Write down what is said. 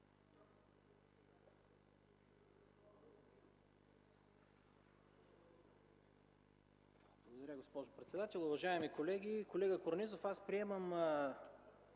Благодаря, госпожо председател. Уважаеми колеги! Колега Корнезов, аз приемам